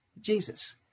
Jesus